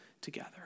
together